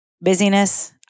Busyness